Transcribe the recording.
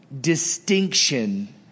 distinction